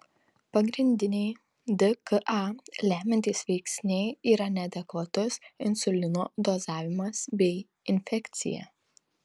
pagrindiniai dka lemiantys veiksniai yra neadekvatus insulino dozavimas bei infekcija